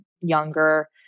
younger